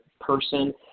person